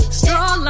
straw